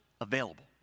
available